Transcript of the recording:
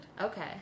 Okay